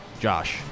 Josh